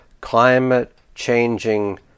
climate-changing